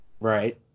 right